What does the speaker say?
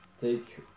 take